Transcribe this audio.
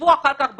ישבו אחר כך בכלא,